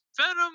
Venom